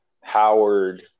Howard